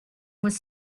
was